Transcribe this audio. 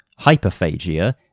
hyperphagia